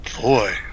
boy